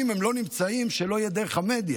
אם הם לא נמצאים, שלא יהיה דרך המדיה.